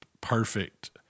perfect